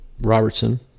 Robertson